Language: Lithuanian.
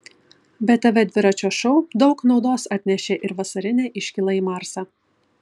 btv dviračio šou daug naudos atnešė ir vasarinė iškyla į marsą